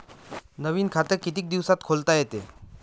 नवीन खात कितीक दिसात खोलता येते?